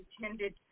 intended